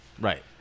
Right